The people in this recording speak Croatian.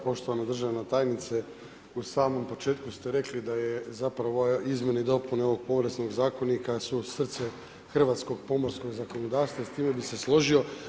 Poštovana državna tajnice, u samom početku ste rekli da je zapravo izmjena i dopuna ovog Poreznog zakonika su srce hrvatskog pomorskog gospodarstva, s time bi se složio.